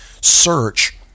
search